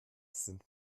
sind